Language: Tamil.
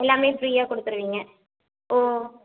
எல்லாமே ஃப்ரீயாக கொடுத்துருவீங்க ஓ